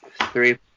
three